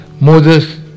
Moses